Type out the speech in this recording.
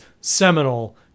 seminal